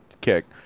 kick